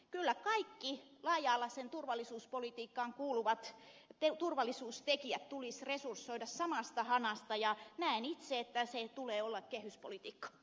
kyllä kaikki laaja alaiseen turvallisuuspolitiikkaan kuuluvat turvallisuustekijät tulisi resursoida samasta hanasta ja näen itse että sen tulee olla kehyspolitiikka